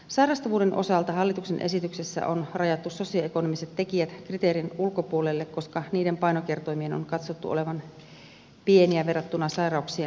sairastavuuden osalta hallituksen esityksessä on rajattu sosioekonomiset tekijät kriteerin ulkopuolelle koska niiden painokertoimien on katsottu olevan pieniä verrattuna sairauksien painokertoimiin